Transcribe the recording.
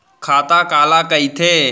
खाता काला कहिथे?